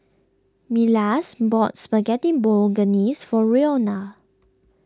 Milas bought Spaghetti Bolognese for Roena